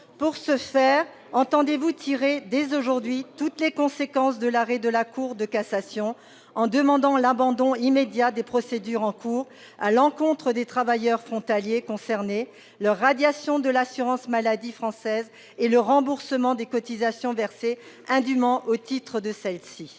Pour ce faire, entendez-vous tirer, dès aujourd'hui, toutes les conséquences de l'arrêt de la Cour de cassation, en demandant l'abandon immédiat des procédures en cours à l'encontre des travailleurs frontaliers concernés, leur radiation de l'assurance maladie française et le remboursement des cotisations versées indûment au titre de celle-ci